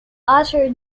utter